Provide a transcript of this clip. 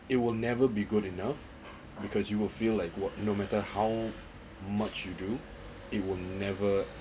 it will never be good enough because you will feel like what no matter how much you do it will never